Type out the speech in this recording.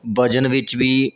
ਵਜ਼ਨ ਵਿੱਚ ਵੀ